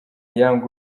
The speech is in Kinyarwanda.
young